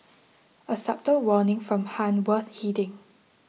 a subtle warning from Han worth heeding